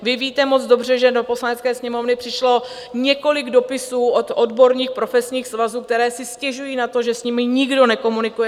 Vy víte moc dobře, že do Poslanecké sněmovny přišlo několik dopisů od odborných profesních svazů, které si stěžují na to, že s nimi nikdo nekomunikuje.